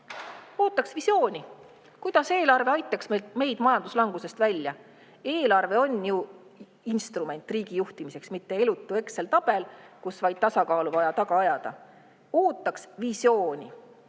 selle kohta, kuidas eelarve aitaks meid majanduslangusest välja. Eelarve on ju instrument riigi juhtimiseks, mitte elutu Exceli tabel, kus on vaid tasakaalu vaja taga ajada. Ootame visiooni: